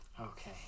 Okay